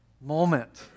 moment